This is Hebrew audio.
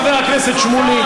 חבר הכנסת שמולי.